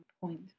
point